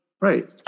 Right